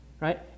right